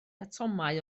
atomau